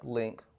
link